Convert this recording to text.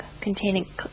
containing